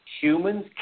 Humans